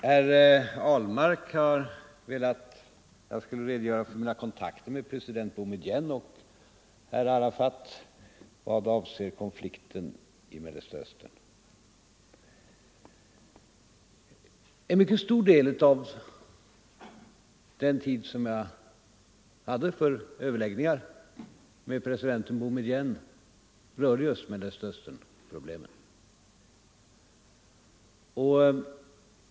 Herr Ahlmark har velat att jag skulle redogöra för mina kontakter med president Boumédienne och herr Arafat vad avser konflikten i Mellersta Östern. En mycket stor del av de överläggningar jag hade med president Boumédienne berörde just Mellersta Östernproblemen.